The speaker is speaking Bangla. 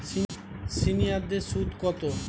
সিনিয়ারদের সুদ কত?